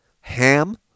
ham